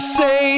say